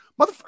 motherfucker